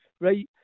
right